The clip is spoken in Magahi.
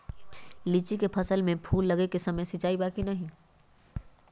लीची के फसल में फूल लगे के समय सिंचाई बा कि नही?